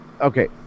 okay